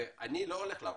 אני לא הולך להרפות.